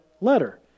letter